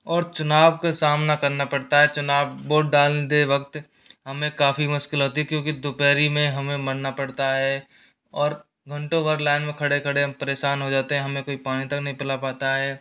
और चुनाव के सामना करना पड़ता है चुनाव वोट डालते वक्त हमें काफ़ी मुश्किल होती है क्योंकि दोपहरी में हमें मरना पड़ता है और घंटो भर लाइन में खड़े खड़े हम परेशान हो जाते हमें कोई पानी तक नहीं पिला पाता है